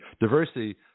Diversity